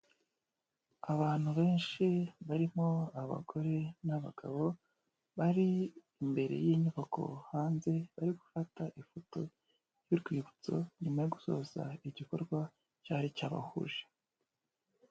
Abantu benshi barimo abagore n'abagabo, bari imbere y'inyubako hanze bari gufata ifoto y'urwibutso nyuma yo gusoza igikorwa cyari cyabahuje.